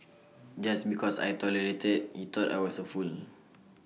just because I tolerated he thought I was A fool